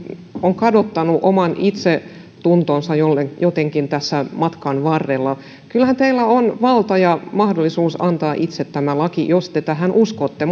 jotenkin kadottanut oman itsetuntonsa tässä matkan varrella kyllähän teillä on valta ja mahdollisuus antaa itse tämä laki jos te tähän uskotte